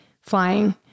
flying